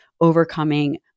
overcoming